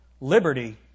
Liberty